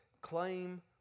claim